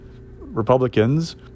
Republicans